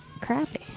Crappy